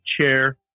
chair